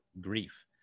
grief